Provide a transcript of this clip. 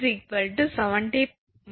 எனவே ℎ 70−30 40 𝑚